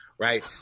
right